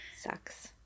Sucks